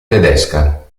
tedesca